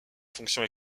fonctions